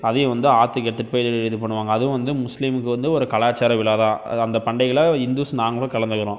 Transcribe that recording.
அதையும் வந்து ஆற்றுக்கு எடுத்துகிட்டு போய் இது பண்ணுவாங்க அதுவும் வந்து முஸ்லீம்க்கு வந்து ஒரு கலாச்சார விழா தான் அந்த பண்டிகையில் இந்துஸ் நாங்களும் கலந்துக்கிறோம்